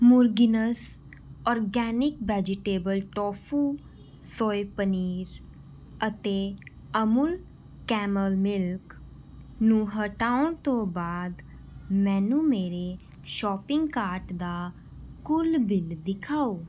Murginns organic vegetable tofu soy paneer ਅਤੇ Amul camel milk ਨੂੰ ਹਟਾਉਣ ਤੋਂ ਬਾਅਦ ਮੈਨੂੰ ਮੇਰੇ ਸ਼ੌਪਿੰਗ ਕਾਰਟ ਦਾ ਕੁੱਲ ਬਿੱਲ ਦਿਖਾਓ